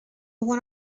one